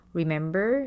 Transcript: remember